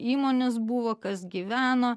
įmonės buvo kas gyveno